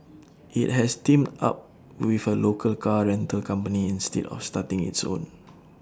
IT has teamed up with A local car rental company instead of starting its own